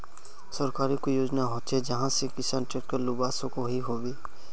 सरकारी कोई योजना होचे जहा से किसान ट्रैक्टर लुबा सकोहो होबे?